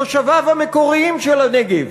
תושביו המקוריים של הנגב.